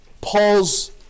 paul's